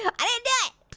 i i didn't do it,